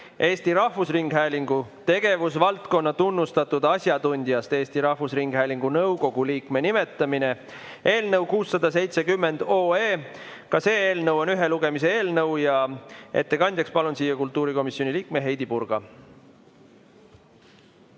"Eesti Rahvusringhäälingu tegevusvaldkonna tunnustatud asjatundjast Eesti Rahvusringhäälingu nõukogu liikme nimetamine" eelnõu 670. Ka see eelnõu on ühe lugemisega eelnõu. Ettekandjaks palun siia kultuurikomisjoni liikme Heidy Purga.